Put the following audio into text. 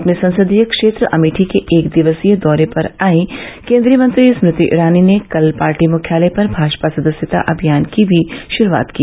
अपने संसदीय क्षेत्र अमेठी के एक दिवसीय दौरे पर आयीं केन्द्रीय मंत्री स्मृति ईरानी ने कल पार्टी मुख्यालय पर भाजपा सदस्यता अभियान की भी षुरूआत की